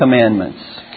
commandments